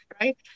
right